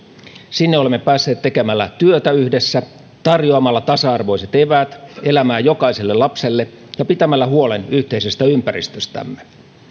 sinne olemme päässeet tekemällä työtä yhdessä tarjoamalla tasa arvoiset eväät elämään jokaiselle lapselle ja pitämällä huolen yhteisestä ympäristöstämme